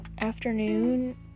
afternoon